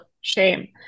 shame